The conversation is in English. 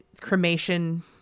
cremation